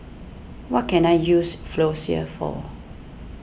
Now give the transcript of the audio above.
what can I use Floxia for